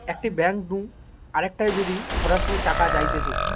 একটি ব্যাঙ্ক নু আরেকটায় যদি সরাসরি টাকা যাইতেছে